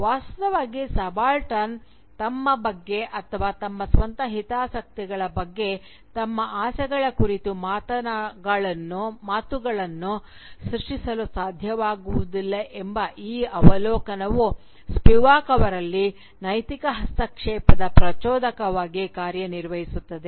ವಾಸ್ತವವಾಗಿ ಸಬಾಲ್ಟರ್ನ್ ತಮ್ಮ ಬಗ್ಗೆ ಅಥವಾ ತಮ್ಮ ಸ್ವಂತ ಹಿತಾಸಕ್ತಿಗಳ ಬಗ್ಗೆ ತಮ್ಮ ಆಸೆಗಳ ಕುರಿತು ಮಾತುಗಳನ್ನು ಸೃಷ್ಟಿಸಲು ಸಾಧ್ಯವಾಗುವುದಿಲ್ಲ ಎಂಬ ಈ ಅವಲೋಕನವು ಸ್ಪಿವಾಕ್ ಅವರಲ್ಲಿ ನೈತಿಕ ಹಸ್ತಕ್ಷೇಪದ ಪ್ರಚೋದಕವಾಗಿ ಕಾರ್ಯನಿರ್ವಹಿಸುತ್ತದೆ